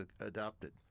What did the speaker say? adopted